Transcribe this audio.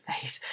faith